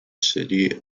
city